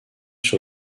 sur